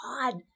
God